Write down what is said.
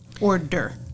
order